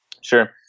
Sure